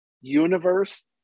Universe